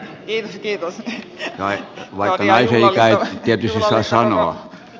vaikka naisen ikää ei tietysti saa sanoa